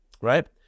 right